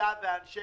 אתה ואנשי